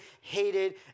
hated